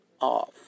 off